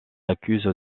accuse